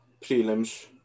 prelims